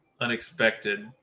unexpected